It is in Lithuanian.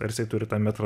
ar jisai turi tą metrą